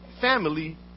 Family